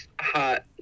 hot